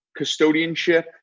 custodianship